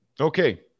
Okay